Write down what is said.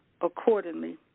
accordingly